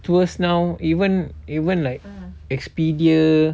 tours now even even like expedia